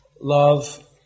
love